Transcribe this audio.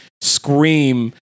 scream